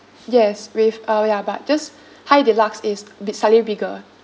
yes with uh ya but just high deluxe is bit~ slightly bigger